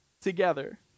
together